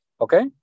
Okay